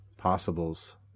Possibles